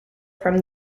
from